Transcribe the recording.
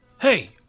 Hey